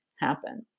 happen